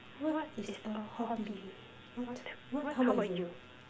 what is a hobby what what how about you